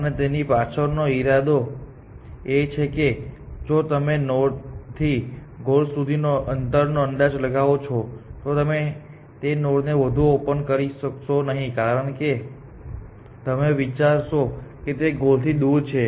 અને તેની પાછળનો ઇરાદો એ છે કે જો તમે નોડથી ગોલ સુધીના અંતરનો અંદાજ લગાવો છો તો તમે તે નોડને વધુ ઓપન કરી શકશો નહીં કારણ કે તમે વિચારશો કે તે ગોલથી દૂર છે